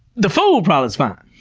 the food product's fine.